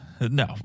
no